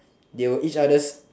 they were each other's